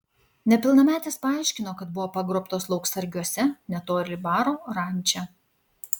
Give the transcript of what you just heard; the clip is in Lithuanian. nepilnametės paaiškino kad buvo pagrobtos lauksargiuose netoli baro ranča